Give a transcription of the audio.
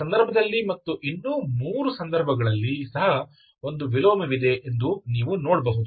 ಈ ಸಂದರ್ಭದಲ್ಲಿ ಮತ್ತು ಇನ್ನೂ 3 ಸಂದರ್ಭಗಳಲ್ಲಿ ಸಹ ಒಂದು ವಿಲೋಮವಿದೆ ಎಂದು ನೀವು ನೋಡಬಹುದು